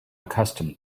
accustomed